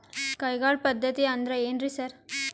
ಕೈಗಾಳ್ ಪದ್ಧತಿ ಅಂದ್ರ್ ಏನ್ರಿ ಸರ್?